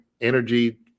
energy